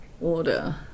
order